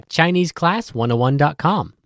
ChineseClass101.com